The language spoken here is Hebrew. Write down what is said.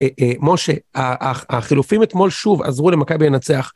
משה, החילופים אתמול שוב עזרו למכבי לנצח.